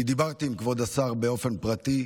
כי דיברתי עם כבוד השר באופן פרטי,